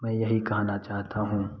मैं यही कहना चाहता हूँ